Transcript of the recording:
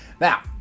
Now